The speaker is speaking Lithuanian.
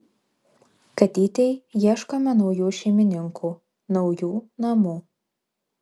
katytei ieškome naujų šeimininkų naujų namų